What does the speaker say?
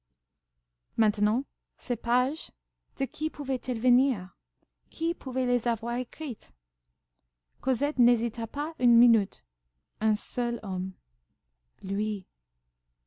maintenant ces pages de qui pouvaient-elles venir qui pouvait les avoir écrites cosette n'hésita pas une minute un seul homme lui